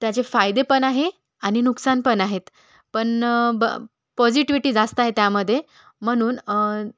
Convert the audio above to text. त्याचे फायदे पणआहे आणि नुकसान पण आहेत पण पॉझिटिव्हिटी जास्त आहे त्यामध्ये म्हणून